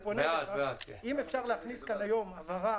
אני פונה אליך: אם אפשר להכניס כאן היום הבהרה